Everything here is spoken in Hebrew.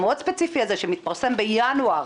המועד הספציפי הזה שמתפרסם בינואר